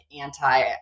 anti